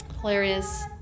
Hilarious